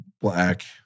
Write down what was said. black